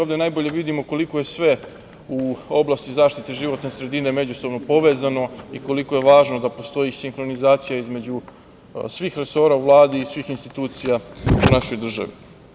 Ovde najbolje vidimo koliko je sve u oblasti zaštite životne sredine međusobno povezano i koliko je važno da postoji sinhronizacija između svih resora u Vladi i svih institucija u našoj državi.